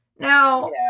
Now